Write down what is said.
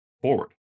forward